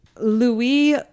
Louis